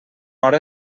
hora